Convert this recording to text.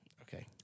Okay